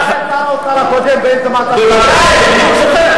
חבר הכנסת מולה, תודה.